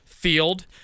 field